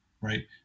right